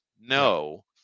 No